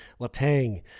Latang